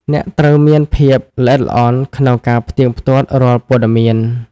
អ្នកត្រូវមានភាពល្អិតល្អន់ក្នុងការផ្ទៀងផ្ទាត់រាល់ព័ត៌មាន។